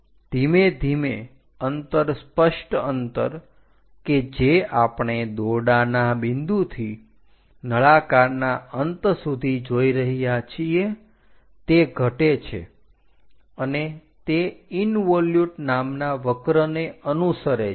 ધીમે ધીમે અંતર સ્પષ્ટ અંતર કે જે આપણે દોરડાના બિંદુથી નળાકારના અંત સુધી જોઈ રહ્યા છીએ તે ઘટે છે અને તે ઈન્વોલ્યુટ નામના વક્રને અનુસરે છે